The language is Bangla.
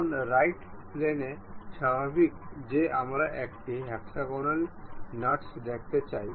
এখন রাইট প্লেনে স্বাভাবিক যে আমরা একটি হেক্সাগোনাল নাটস দেখতে চাই